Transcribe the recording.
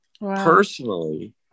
personally